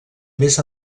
més